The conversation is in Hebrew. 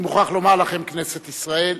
אני מוכרח לומר לכם, כנסת ישראל,